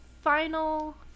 final